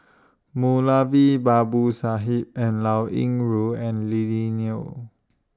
Moulavi Babu Sahib and Liao Yingru and Lily Neo